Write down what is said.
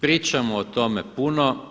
Pričamo o tome puno.